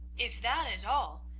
if that is all,